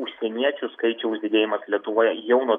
užsieniečių skaičiaus didėjimas lietuvoje jau nuo